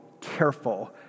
careful